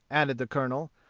added the colonel,